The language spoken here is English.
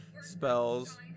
spells